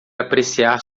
apreciar